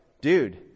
dude